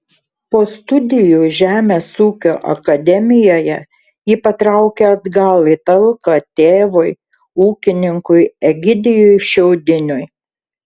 po studijų žemės ūkio akademijoje ji patraukė atgal į talką tėvui ūkininkui egidijui šiaudiniui